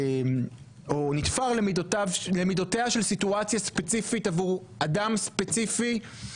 או נתפר למידותיה של סיטואציה ספציפית עבור אדם ספציפי.